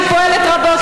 שפועלת רבות,